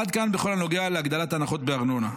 עד כאן בכל הנוגע להגדלת הנחות בארנונה.